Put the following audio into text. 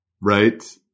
Right